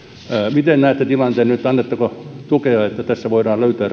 miten näette tilanteen nyt annatteko tukea että tässä voidaan löytää